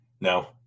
No